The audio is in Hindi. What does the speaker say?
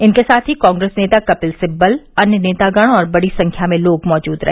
इनके साथ ही कांग्रेस नेता कपिल सिब्बल अन्य नेतागण और बड़ी संख्या में लोग मौजूद रहे